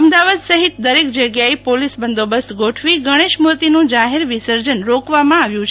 અમદાવાદ સહિત દરેક જગ્યા એ પોલિસ બંદોબસ્ત ગોઠવી ગણેશ મુર્તિ નું જાહેર વિસર્જન રોકવામાં આવ્યું છે